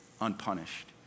unpunished